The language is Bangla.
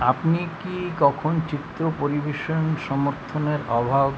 আপনি কি কখন চিত্র পরিবেশন সমর্থনের অভাব